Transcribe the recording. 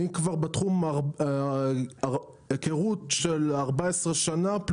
אני כבר בהיכרות עם התחום 14 שנה,